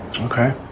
Okay